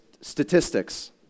statistics